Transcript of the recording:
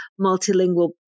multilingual